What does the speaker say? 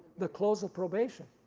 the close of probation.